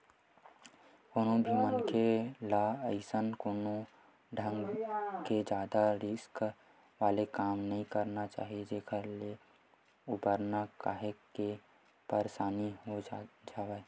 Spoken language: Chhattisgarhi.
कोनो भी मनखे ल अइसन कोनो ढंग के जादा रिस्क वाले काम नइ करना चाही जेखर ले उबरना काहेक के परसानी हो जावय